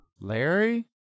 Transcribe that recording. Larry